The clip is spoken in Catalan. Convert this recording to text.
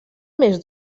més